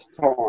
time